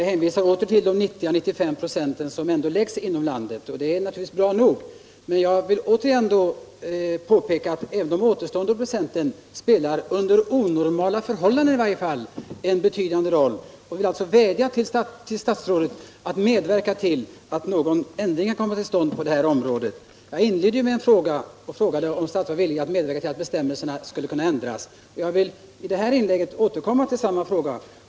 Herr talman! Handelsministern hänvisar återigen till att 90 å 95 96 av beställningarna ändå läggs ut inom landet, och det är naturligtvis bra nog. Men jag vill påpeka att de återstående procenten spelar en betydande roll — i varje fall under onormala förhållanden. Jag vill därför vädja till statsrådet att medverka till att en ändring kan komma till stånd på detta område. Jag inledde med att fråga om statsrådet var villig medverka till att bestämmelserna ändras. I detta inlägg vill jag återkomma till samma fråga.